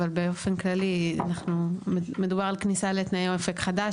אבל באופן כללי מדובר על כניסה לתנאי אופק חדש